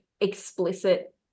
explicit